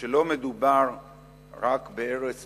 שלא מדובר רק בהרס הבתים,